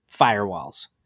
firewalls